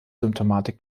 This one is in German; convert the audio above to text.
symptomatik